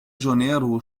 janeiro